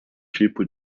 tipo